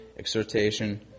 Exhortation